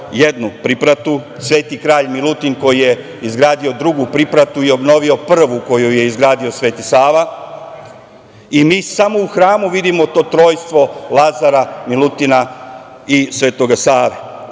jednu pripratu, Sveti kralj Milutin koji je izgradio drugu pripratu i obnovio prvu koju je izgradio Sveti Sava i mi samo u hramu vidimo to trojstvo Lazara, Milutina i Svetog Save. Da